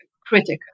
critical